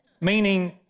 Meaning